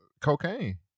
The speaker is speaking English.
cocaine